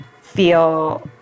feel